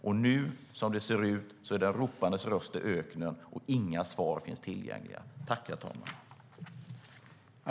Och som det ser ut nu är det en ropandes röst i öknen, och inga svar finns tillgängliga.